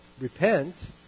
repent